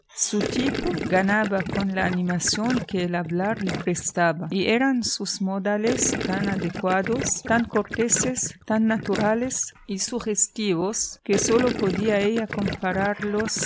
su tipo ganaba con la animación que el hablar le prestaba y eran sus modales tan adecuados tan corteses tan naturales y sugestivos que sólo podía ella compararlos